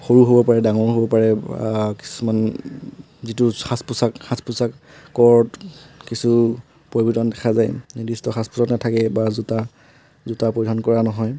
সৰু হ'ব পাৰে ডাঙৰো হ'ব পাৰে বা কিছুমান যিটো সাজ পোছাক সাজ পোছাকৰ কিছু পৰিৱৰ্তন দেখা যায় নিৰ্দিষ্ট সাজ পোছাক নাথাকে বা জোতা জোতা পৰিধান কৰা নহয়